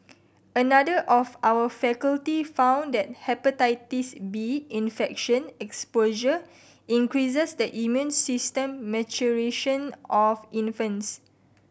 another of our faculty found that Hepatitis B infection exposure increases the immune system maturation of infants